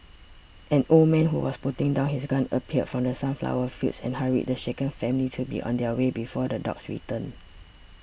an old man who was putting down his gun appeared from the sunflower fields and hurried the shaken family to be on their way before the dogs return